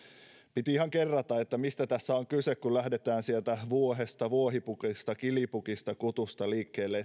piti ihan kerrata mistä tässä on kyse kun lähdetään sieltä vuohesta vuohipukista kilipukista kutusta liikkeelle